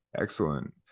Excellent